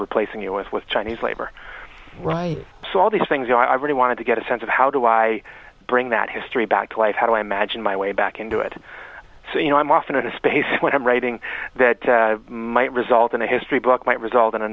replacing us with chinese labor right so all these things you know i really wanted to get a sense of how do i bring that history back to life how do i imagine my way back into it so you know i'm off into space when i'm writing that might result in a history book might result in a